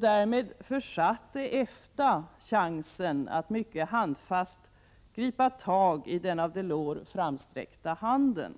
Därmed försatt EFTA chansen att mycket handfast gripa tag i den av Delors framsträckta handen.